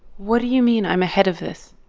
what do you mean, i'm ahead of this?